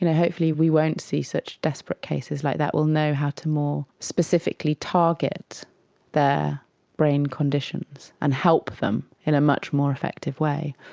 and hopefully we won't see such desperate cases like that, we will know how to more specifically target their brain conditions and help them in a much more effective way,